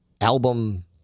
album